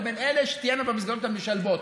לבין זה שיהיה במסגרות המשלבות.